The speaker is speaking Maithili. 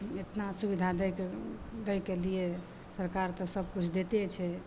इतना सुबिधा दैके लिए सरकार तऽ सब किछु देतै छै